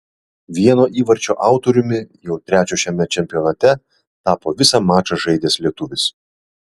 vieno įvarčio autoriumi jau trečio šiame čempionate tapo visą mačą žaidęs lietuvis